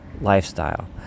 lifestyle